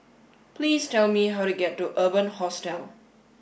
please tell me how to get to Urban Hostel